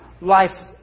life